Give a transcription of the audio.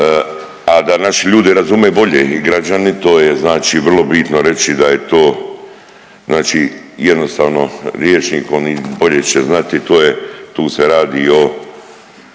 a da naši ljudi razumiju bolje i građani, to je znači vrlo bitno reći da je to znači jednostavno rječnikom i bolje će znati, to je, tu se radi o